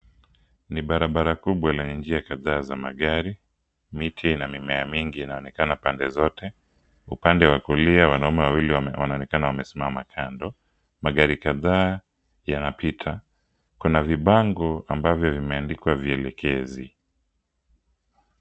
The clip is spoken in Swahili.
Ni barabara kubwa lenye njia kadhaa za magari. Miti na mimea mingi inaonekana pande zote. Upande wa kulia wanaume wawili wanaonekana wamesimama kando. Magari kadhaa yanapita. Kuna kibango ambavyo vimeandikwa vielekezi.